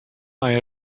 ein